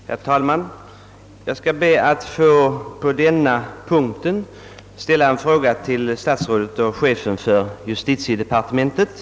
Herr talman! Jag skall be att få ställa en fråga till statsrådet och chefen för justitiedepartementet.